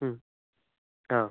हां